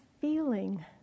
feeling